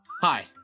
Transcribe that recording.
Hi